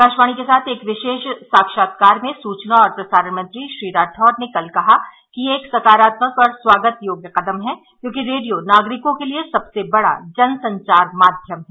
आकाशवाणी के साथ एक विशेष साक्षात्कार में सूचना और प्रसारण मंत्री श्री राठौड़ ने कल कहा कि यह एक सकारात्मक और स्वागत योग्य कदम है क्योंकि रेडियो नागरिकों के लिए सबसे बड़ा जन संचार माध्यम है